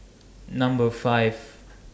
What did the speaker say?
Number five